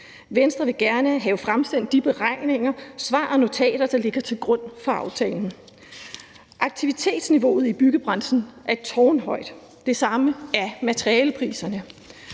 Venstre vil gerne have fremsendt de beregninger, svar og notater, der ligger til grund for aftalen. Aktivitetsniveauet i byggebranchen er tårnhøjt, det samme er materialepriserne,